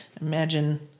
imagine